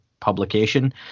publication